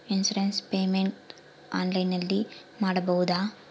Insurance payment ಆನ್ಲೈನಿನಲ್ಲಿ ಮಾಡಬಹುದಾ?